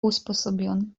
usposobionym